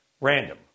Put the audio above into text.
random